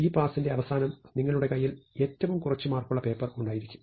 ഈ പാസിന്റെ അവസാനം നിങ്ങളുടെ കയ്യിൽ ഏറ്റവും കുറച്ച് മാർക്കുള്ള പേപ്പർ ഉണ്ടായിരിക്കും